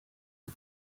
ear